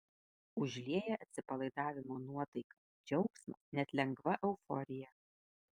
užlieja atsipalaidavimo nuotaika džiaugsmas net lengva euforija